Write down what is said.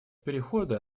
перехода